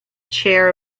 chair